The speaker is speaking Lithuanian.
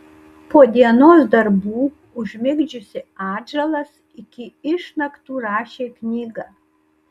po dienos darbų užmigdžiusi atžalas iki išnaktų rašė knygą